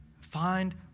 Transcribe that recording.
find